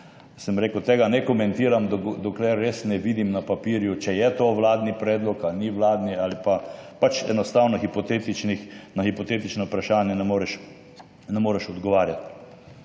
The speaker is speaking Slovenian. sem rekel, tega ne komentiram, dokler jaz ne vidim na papirju, če je to vladni predlog ali ni vladni. Na hipotetična vprašanja enostavno ne moreš odgovarjati.